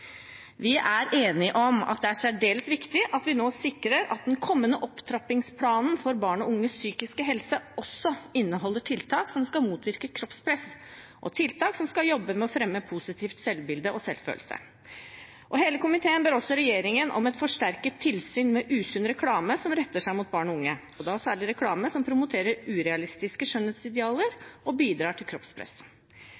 Vi er enige om at det er særdeles viktig at vi nå sikrer at den kommende opptrappingsplanen for barn og unges psykiske helse også inneholder tiltak som skal motvirke kroppspress, og tiltak som skal jobbe med å fremme positivt selvbilde og positiv selvfølelse. Hele komiteen ber også regjeringen om et forsterket tilsyn med usunn reklame som retter seg mot barn og unge, og da særlig reklame som promoterer urealistiske